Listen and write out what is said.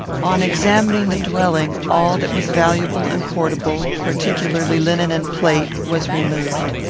on examining the dwelling, all that was valuable and portable, particularly linen and plate, was removed.